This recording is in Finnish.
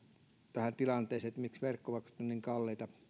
tähän tilanteeseen miksi verkkomaksut ovat niin kalliita